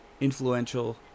influential